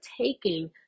taking